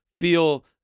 feel